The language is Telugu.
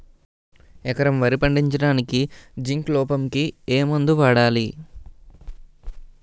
ఎకరం వరి పండించటానికి జింక్ లోపంకి ఏ మందు వాడాలి?